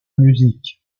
musique